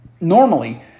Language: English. Normally